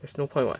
there's no point [what]